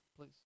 please